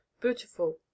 beautiful